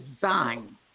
design